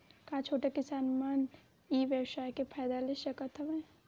का छोटे किसान मन ई व्यवसाय के फ़ायदा ले सकत हवय?